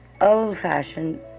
old-fashioned